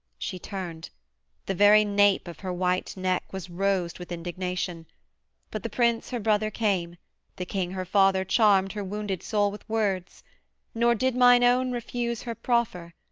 she turned the very nape of her white neck was rosed with indignation but the prince her brother came the king her father charmed her wounded soul with words nor did mine own refuse her proffer,